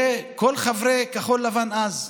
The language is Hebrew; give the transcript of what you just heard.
וכל חברי כחול לבן אז.